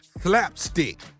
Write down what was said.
Slapstick